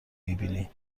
میبینی